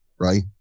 right